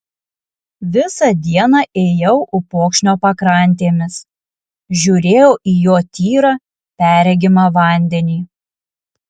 visą dieną ėjau upokšnio pakrantėmis žiūrėjau į jo tyrą perregimą vandenį